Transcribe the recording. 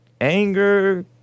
anger